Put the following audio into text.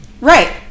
right